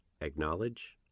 acknowledge